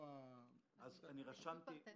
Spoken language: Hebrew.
יש שני דברים.